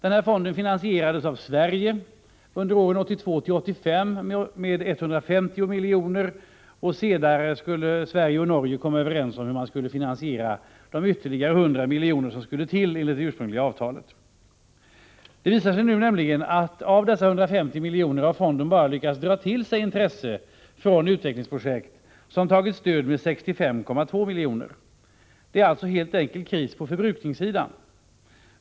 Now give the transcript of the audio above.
Fonden finansierades av Sverige under åren 1982-1985 med 150 milj.kr. Sverige och Norge skulle senare komma överens om hur man skulle finansiera de ytterligare 100 milj.kr. som enligt det ursprungliga avtalet skulle tillskjutas. Det visar sig nu att fonden bara har lyckats dra till sig intresse från utvecklingsprojekt motsvarande ett stöd med sammanlagt 65,2 milj.kr. av de 150 miljonerna. Det är alltså helt enkelt kris på förbrukningssidan.